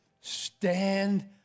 Stand